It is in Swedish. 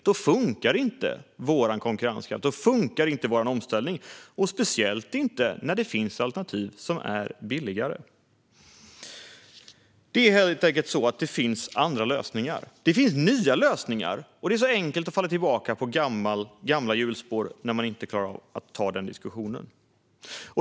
Då funkar inte vår konkurrenskraft eller vår omställning, speciellt inte när det finns alternativ som är billigare. Det finns helt enkelt andra, nya lösningar. Det är så enkelt att falla tillbaka i gamla hjulspår när man inte klarar av att ta diskussionen.